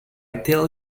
tell